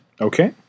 Okay